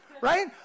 Right